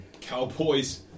Cowboys